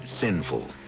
sinful